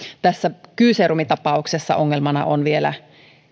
tässä kyyseerumitapauksessa ongelmana on vielä